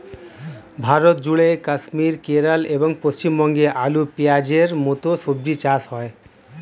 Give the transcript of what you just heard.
ভারতজুড়ে কাশ্মীর, কেরল এবং পশ্চিমবঙ্গে আলু, পেঁয়াজের মতো সবজি চাষ হয়